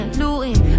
looting